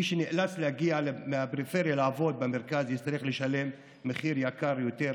מי שנאלץ להגיע מהפריפריה לעבוד במרכז יצטרך לשלם מחיר גבוה יותר